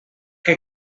que